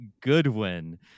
Goodwin